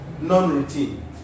Non-routine